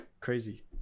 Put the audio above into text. Crazy